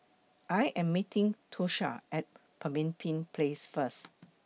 I Am meeting Tosha At Pemimpin Place First